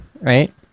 right